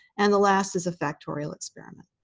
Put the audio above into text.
and the last is a factorial experiment.